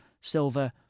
Silver